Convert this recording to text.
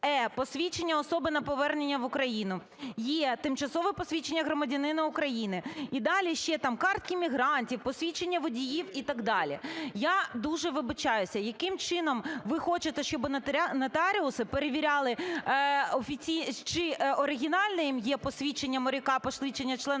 посвідчення особи на повернення в Україну; є) тимчасове посвідчення громадянина України". І далі ще там: картки мігрантів, посвідчення водіїв і так далі. Я дуже вибачаюся, яким чином ви хочете, щоби нотаріуси перевіряли, чи оригінальним є посвідчення моряка, посвідчення члена